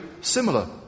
similar